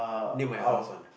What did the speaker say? near my house one